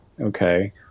okay